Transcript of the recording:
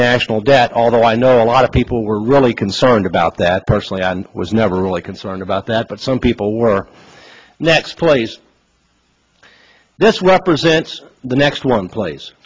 national debt although i know a lot of people were really concerned about that personally i was never really concerned about that but some people were next place this represents the next one place